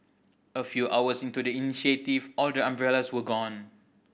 a few hours into the initiative all the umbrellas were gone